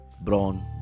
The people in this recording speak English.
brown